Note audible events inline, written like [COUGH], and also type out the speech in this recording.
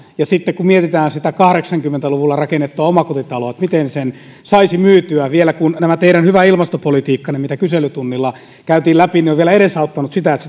ja kun mietitään sitä kahdeksankymmentä luvulla rakennettua omakotitaloa että miten sen saisi myytyä kun tämä teidän hyvä ilmastopolitiikkanne mitä kyselytunnilla käytiin läpi on vielä edesauttanut sitä että [UNINTELLIGIBLE]